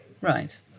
Right